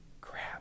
Crap